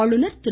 ஆளுநர் திரு